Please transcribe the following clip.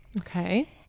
Okay